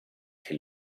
che